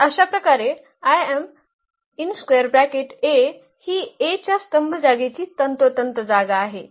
तर अशाप्रकारे ही A च्या स्तंभ जागेची तंतोतंत जागा आहे